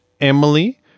Emily